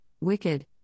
Wicked